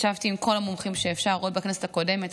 ישבתי עם כל המומחים שאפשר, עוד בכנסת הקודמת.